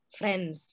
friends